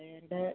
ഏതാണ്ട്